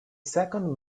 second